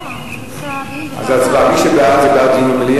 לא, אני רוצה דיון בוועדה.